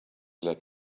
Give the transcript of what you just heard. let